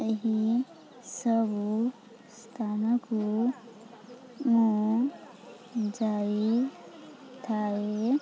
ଏହି ସବୁ ସ୍ଥାନକୁ ମୁଁ ଯାଇଥାଏ